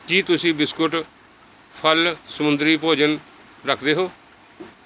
ਕੀ ਤੁਸੀਂ ਬਿਸਕੁਟ ਫ਼ਲ ਸਮੁੰਦਰੀ ਭੋਜਨ ਰੱਖਦੇ ਹੋ